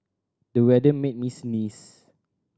the weather made me sneeze